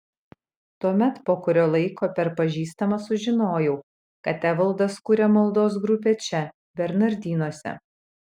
tuomet po kurio laiko per pažįstamą sužinojau kad evaldas kuria maldos grupę čia bernardinuose